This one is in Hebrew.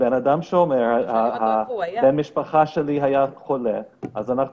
אם אדם אומר: בן משפחה שלי היה חולה אז אנחנו